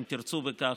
אם תרצו בכך,